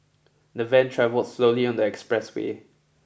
the van travelled slowly on the expressway